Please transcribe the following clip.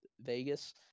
Vegas